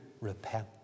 repent